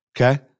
okay